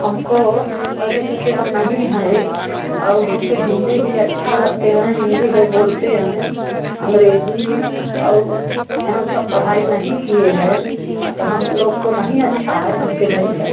हमको पढ़े लिखे हम नहीं हैं और हमको हिन्दी भी अच्छा लगते हैं हिन्दी में बोलते हैं अंग्रेजी और यहाँ सब पढ़ाई नहीं किए है तो हम लोग को नहीं अच्छा है हम के धरी है